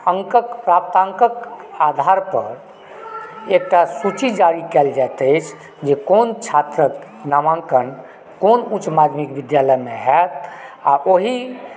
अङ्कके प्राप्ताङ्क आधार पर एकटा सूची जारी कैल जाइत अछि जे कोन छात्रके नामाङ्कन कोन उच्च माध्यमिक विद्यालयमे हाएत आ ओहि